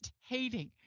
hating